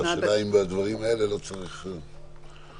השאלה אם בדברים האלה לא צריך שתהיה